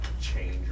change